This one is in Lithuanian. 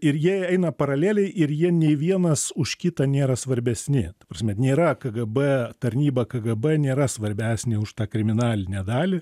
ir jie eina paraleliai ir jie nei vienas už kitą nėra svarbesni prasme nėra kgb tarnyba kgb nėra svarbesnė už tą kriminalinę dalį